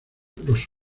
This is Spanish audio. los